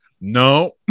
no